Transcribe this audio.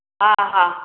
हा हा